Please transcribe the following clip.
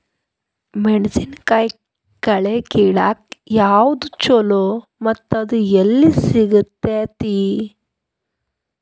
ಮೆಣಸಿನಕಾಯಿ ಕಳೆ ಕಿಳಾಕ್ ಯಾವ್ದು ಛಲೋ ಮತ್ತು ಅದು ಎಲ್ಲಿ ಸಿಗತೇತಿ?